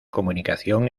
comunicación